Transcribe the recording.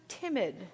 timid